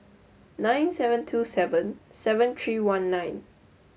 nine seven two seven seven three one nine